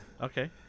Okay